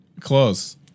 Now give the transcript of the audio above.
close